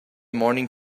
morning